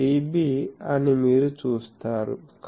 86dB అని మీరు చూస్తారు